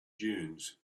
dunes